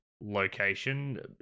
location